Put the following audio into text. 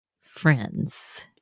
friends